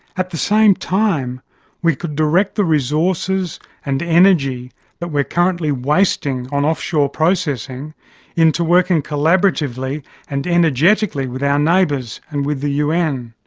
at the same time we could direct the resources and energy that we are currently wasting on offshore processing into working collaboratively and energetically with our neighbours and the un.